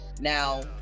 now